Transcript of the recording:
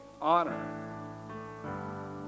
honor